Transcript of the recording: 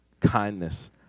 kindness